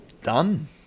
Done